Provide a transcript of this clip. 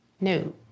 No